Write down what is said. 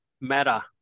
matter